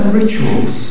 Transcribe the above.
rituals